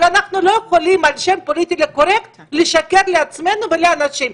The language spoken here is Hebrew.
אבל אנחנו לא יכולים בשם הפוליטיקלי קורקט לשקר לעצמנו ולאנשים.